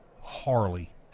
Harley